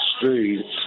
streets